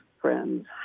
friends